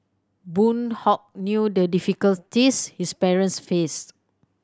Boon Hock knew the difficulties his parents faced